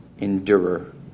endurer